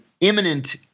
imminent